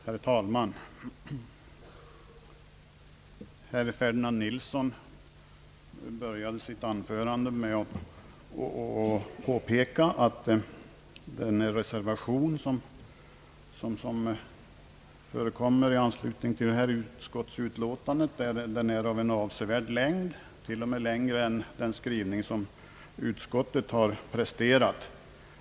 Herr talman! Herr Ferdinand Nilsson började sitt anförande med att påpeka att den reservation som avgivits i anslutning till det föreliggande utskottsutlåtandet är av en avsevärd längd, t.o.m.,. längre än den skrivning som utskottet har presterat.